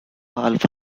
alpha